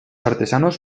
artesanos